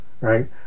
right